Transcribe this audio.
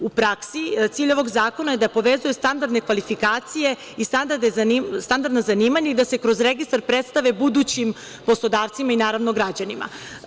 U praksi, cilj ovog zakona je da povezuje standardne kvalifikacije i standardna zanimanja i da se kroz registar predstave budućim poslodavcima i naravno građanima.